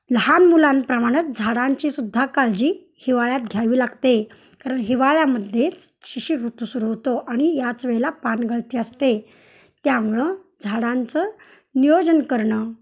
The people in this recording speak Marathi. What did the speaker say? लहान मुलांप्रमाणंच झाडांची सुद्धा काळजी हिवाळ्यात घ्यावी लागते कारण हिवाळ्यामध्येच शिशिर ऋतू सुरू होतो आणि याच वेळेला पान गळती असते त्यामुळं झाडांचं नियोजन करणं